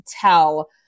tell